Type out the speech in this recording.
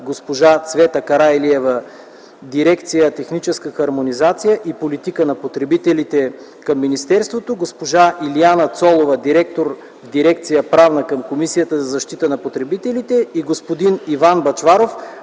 госпожа Цвета Караилиева – дирекция „Техническа хармонизация и политика на потребителите” към министерството, госпожа Илияна Цолова – директор в дирекция „Правна” към Комисията за защита на потребителите, и господин Иван Бъчваров